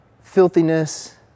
filthiness